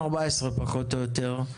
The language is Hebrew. פחות או יותר ב-2014.